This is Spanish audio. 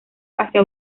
hacia